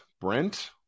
brent